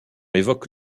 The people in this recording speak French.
évoque